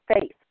faith